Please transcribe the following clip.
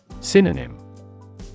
Synonym